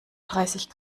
dreißig